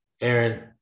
Aaron